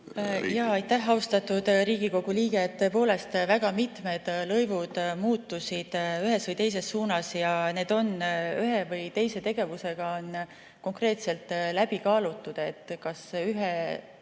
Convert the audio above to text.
Jaa. Aitäh, austatud Riigikogu liige! Tõepoolest, väga mitmed lõivud muutusid ühes või teises suunas ja need on ühe või teise tegevuse puhul konkreetselt läbi kaalutud, kas teenust